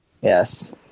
Yes